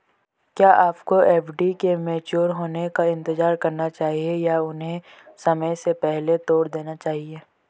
क्या आपको एफ.डी के मैच्योर होने का इंतज़ार करना चाहिए या उन्हें समय से पहले तोड़ देना चाहिए?